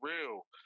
real